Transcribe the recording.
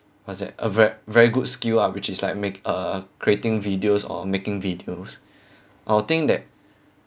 what's that a ver~ very good skill ah which is like make uh creating videos or making videos I will think that